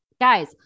Guys